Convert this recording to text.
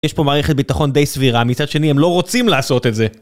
יש פה מערכת ביטחון די סבירה, מצד שני הם לא רוצים לעשות את זה!